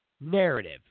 narrative